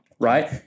right